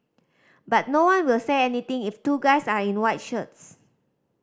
but no one will say anything if two guys are in white shirts